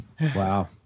Wow